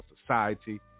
society